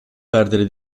perdere